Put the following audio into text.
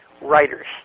writers